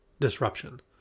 disruption